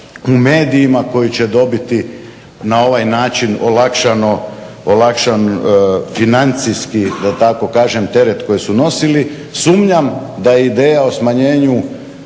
u medijima koji će dobiti na ovaj način olakšan financijski teret da tako kažem koji su nosili. Sumnjam da je ideja o smanjenju